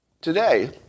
today